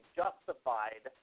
justified